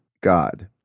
God